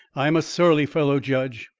i'm a surly fellow, judge.